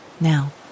now